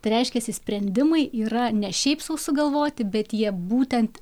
tai reiškiasi sprendimai yra ne šiaip sau sugalvoti bet jie būtent